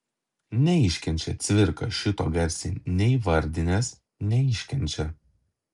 neiškenčia cvirka šito garsiai neįvardinęs neiškenčia